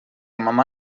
mamà